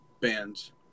bands